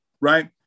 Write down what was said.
right